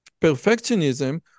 perfectionism